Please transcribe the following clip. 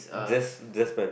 just just pant